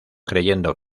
creyendo